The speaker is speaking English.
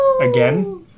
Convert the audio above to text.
Again